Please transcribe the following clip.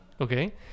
Okay